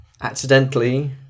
accidentally